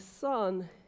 Son